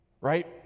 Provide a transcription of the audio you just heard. right